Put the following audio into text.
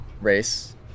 race